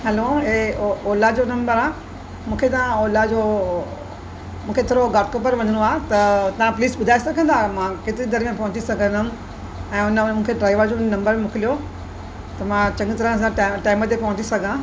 hello हीअ ओला जो number आहे मूंखे तव्हां ओला जो मूंखे थोरो घाटकोपर वञिणो आहे त तव्हां प्लीज ॿुधाए सघंदा मां केतिरी देरि में पहुंची सघंदमि ऐं हुनमें मूंखे ड्राइवर जो बि नंबर मोकिलियो त मां चङी तरह सां टाइम ते पहुची सघां